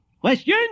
Question